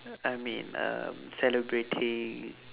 I mean um celebrating